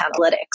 analytics